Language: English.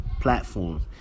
platform